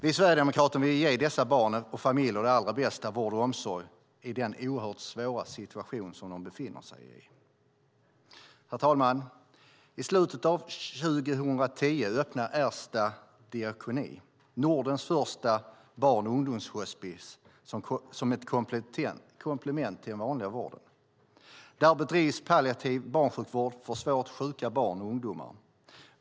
Vi sverigedemokrater vill ge dessa barn och familjer den allra bästa vården och omsorgen i den oerhört svåra situation som de befinner sig i. Herr talman! I slutet av 2010 öppnade Ersta diakoni Nordens första barn och ungdomshospis, som ett komplement till den vanliga vården. Där bedrivs palliativ barnsjukvård för svårt sjuka barn och ungdomar.